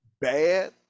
bad